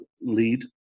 lead